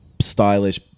stylish